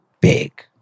big